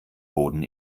boden